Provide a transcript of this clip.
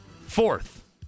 fourth